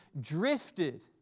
drifted